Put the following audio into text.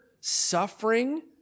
suffering